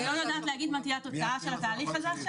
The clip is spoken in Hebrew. אני לא יודעת להגיד מה תהיה התוצאה של התהליך הזה.